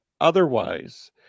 otherwise